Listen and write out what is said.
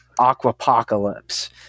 aquapocalypse